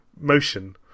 motion